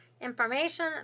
Information